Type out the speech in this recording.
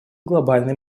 глобальные